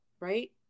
right